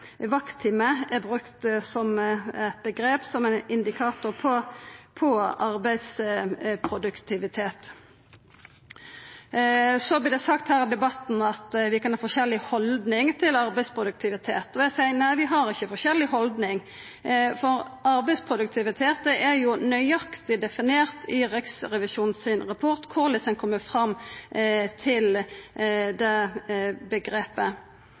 vakttime» er brukt som eit omgrep, som ein indikator på arbeidsproduktivitet. Det vert sagt i debatten her at vi kan ha forskjellig haldning til arbeidsproduktivitet. Da seier eg: Nei, vi har ikkje forskjellig haldning, for når det gjeld arbeidsproduktivitet, er det nøyaktig definert i Riksrevisjonens rapport korleis ein kjem fram til det